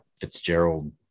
Fitzgerald